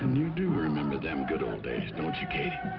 you do remember them good old days, don't you, katie?